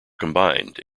combined